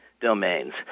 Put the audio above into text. domains